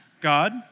God